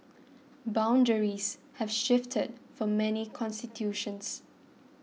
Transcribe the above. boundaries have shifted for many constituencies